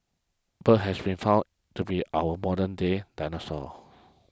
birds has been found to be our modernday dinosaurs